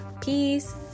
Peace